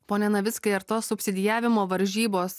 pone navickai ar to subsidijavimo varžybos